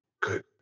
good